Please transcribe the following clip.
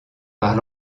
par